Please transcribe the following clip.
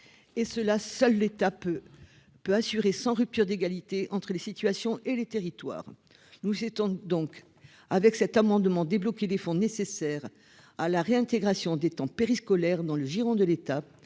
et cela seul l'État peut peut assurer sans rupture d'égalité entre les situations et les territoires, nous étions donc avec cet amendement débloquer des fonds nécessaires à la réintégration des temps périscolaires dans le giron de l'État,